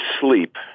sleep